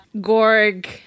gorg